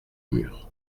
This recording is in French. mur